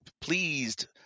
pleased